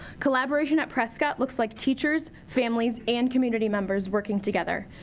collaboration at prescott looks like teachers, families and community members working together.